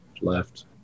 left